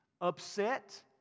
upset